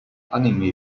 anime